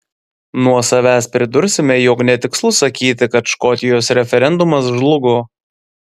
nuo savęs pridursime jog netikslu sakyti kad škotijos referendumas žlugo